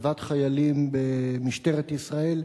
הצבת חיילים במשטרת ישראל,